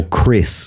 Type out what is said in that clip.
Chris